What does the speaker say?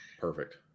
perfect